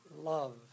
love